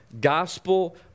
Gospel